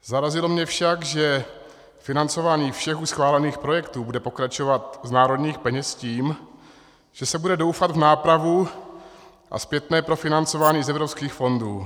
Zarazilo mě však, že financování všech schválených projektů bude pokračovat z národních peněz s tím, že se bude doufat v nápravu a zpětné profinancování z evropských fondů.